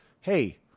hey